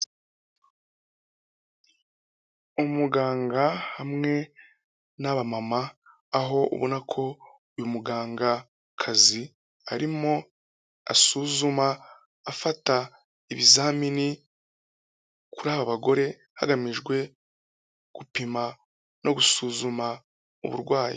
Umuganga hamwe n'abamama, aho ubona ko uyu mugangakazi arimo asuzuma afata ibizamini kuri bagore, hagamijwe gupima no gusuzuma uburwayi.